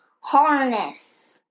harness